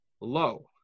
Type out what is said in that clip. low